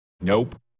Nope